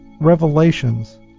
revelations